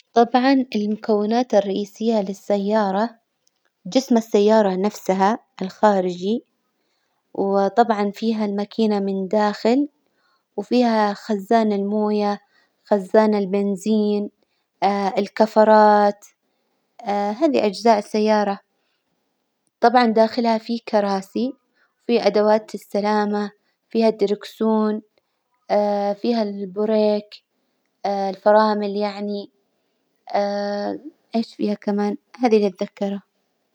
طبعا المكونات الرئيسية للسيارة، جسم السيارة نفسها الخارجي، وطبعا فيها الماكينة من داخل، وفيها خزان الموية، خزان البنزين الكفرات هذي أجزاء السيارة، طبعا داخلها في كراسي، وفي أدوات السلامة، فيها الدركسون فيها البريك الفرامل يعني إايش فيها كمان? هذي اللي أتذكره.